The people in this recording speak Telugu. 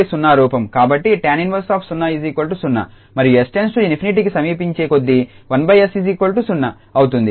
కాబట్టి tan−10 0 మరియు 𝑠 →∞ కి సమీపించే కొద్దీ 1𝑠 0 అవుతుంది